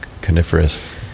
coniferous